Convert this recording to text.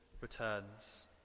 returns